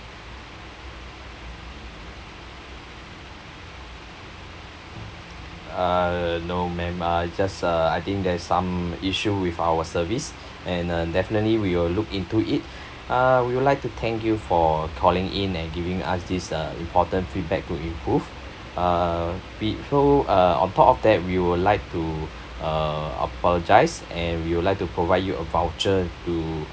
uh no ma'am uh just uh I think there's some issue with our service and uh definitely we'll look into it uh we would like to thank you for calling in and giving us this uh important feedback to improve uh we throw uh on top of that we would like to uh apologise and we would like to provide you a voucher to